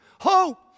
hope